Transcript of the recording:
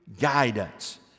guidance